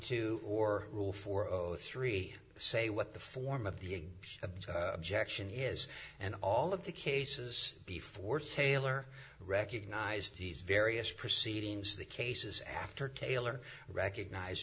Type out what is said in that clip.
two or rule four zero three say what the form of the objection is and all of the cases before taylor recognized these various proceedings the cases after taylor recognized